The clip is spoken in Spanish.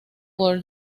por